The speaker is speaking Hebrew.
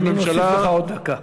אני מוסיף לך עוד דקה.